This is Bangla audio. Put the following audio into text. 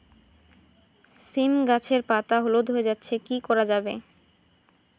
সীম গাছের পাতা হলুদ হয়ে যাচ্ছে কি করা যাবে?